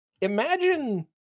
imagine